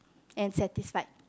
and satisfied